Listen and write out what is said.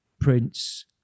Prince